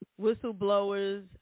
whistleblowers